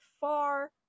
far